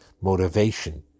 motivation